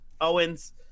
Owens